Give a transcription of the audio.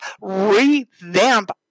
Revamp